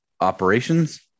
Operations